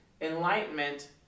Enlightenment